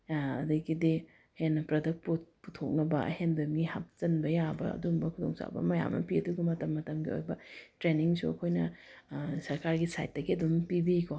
ꯑꯗꯒꯤꯗꯤ ꯍꯦꯟꯅ ꯄꯔꯗꯛ ꯄꯨꯊꯣꯛꯅꯕ ꯑꯍꯦꯟꯕ ꯃꯤ ꯍꯥꯞꯆꯤꯟꯕ ꯌꯥꯕ ꯑꯗꯨꯝꯕ ꯈꯨꯗꯣꯡꯆꯥꯕ ꯃꯌꯥꯝ ꯑꯃ ꯄꯤ ꯑꯗꯨꯒ ꯃꯇꯝ ꯃꯇꯝꯒꯤ ꯑꯣꯏꯕ ꯇ꯭ꯔꯦꯅꯤꯡꯁꯨ ꯑꯩꯈꯣꯏꯅ ꯁꯔꯀꯥꯔꯒꯤ ꯁꯥꯏꯠꯇꯒꯤ ꯑꯗꯨꯝ ꯄꯤꯕꯤꯀꯣ